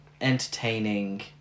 entertaining